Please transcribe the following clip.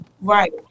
Right